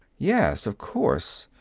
yes, of course.